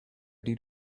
did